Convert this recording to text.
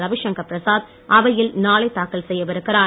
ரவிசங்கர் பிரசாத் அவையில் நாளை தாக்கல் செய்யவிருக்கிறார்